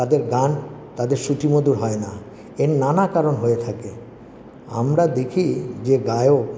তাদের গান তাদের শ্রুতিমধুর হয় না এর নানা কারণ হয়ে থাকে আমরা দেখি যে গায়ক